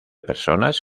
personas